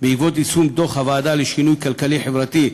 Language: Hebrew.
בעקבות יישום דוח הוועדה לשינוי כלכלי-חברתי,